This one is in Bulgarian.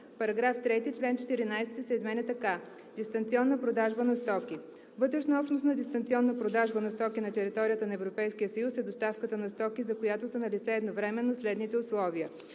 „§ 3. Член 14 се изменя така: „Дистанционна продажба на стоки Чл. 14. (1) Вътреобщностна дистанционна продажба на стоки на територията на Европейския съюз е доставката на стоки, за която са налице едновременно следните условия: